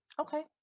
Okay